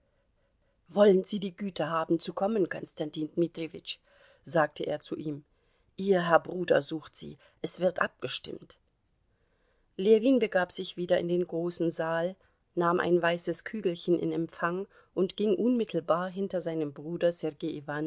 wollen sie die güte haben zu kommen konstantin dmitrijewitsch sagte er zu ihm ihr herr bruder sucht sie es wird abgestimmt ljewin begab sich wieder in den großen saal nahm ein weißes kügelchen in empfang und ging unmittelbar hinter seinem bruder sergei